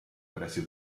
pressi